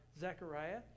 Zechariah